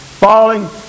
Falling